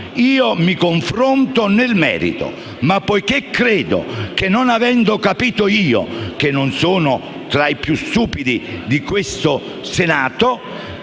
io mi confronto nel merito. Poiché però credo che, non avendo capito io che non sono tra i più stupidi di questo Senato